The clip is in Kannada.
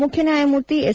ಮುಖ್ಯ ನ್ಯಾಯಮೂರ್ತಿ ಎಸ್